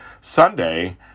Sunday